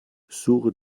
suche